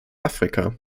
afrika